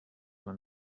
when